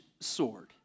sword